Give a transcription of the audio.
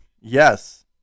yes